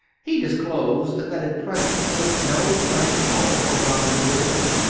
he disclosed that at present there was no plan at all for robin's admission.